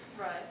Right